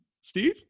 Steve